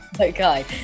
Okay